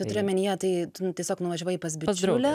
tu turi omenyje tai tu tiesiog nuvažiavai pas bičiulę